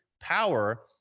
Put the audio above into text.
power